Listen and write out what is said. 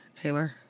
Taylor